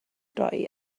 droi